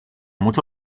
mucho